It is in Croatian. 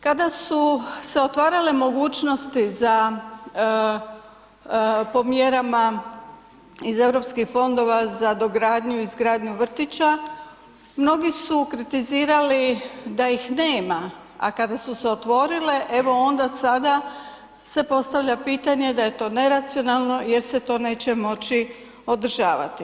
Kada su se otvarale mogućnosti za po mjerama iz Europskih fondova za dogradnju, izgradnju vrtića, mnogi su kritizirali da ih nema, a kada su se otvorile evo onda sada se postavlja pitanje da je to neracionalno jer se to neće moći održavati.